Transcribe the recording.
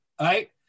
right